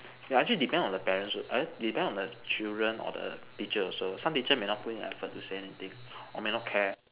yeah actually depends on the parent eh depends on the children or the teacher also some teacher may not put in effort to say anything or may not care